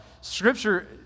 Scripture